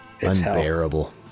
unbearable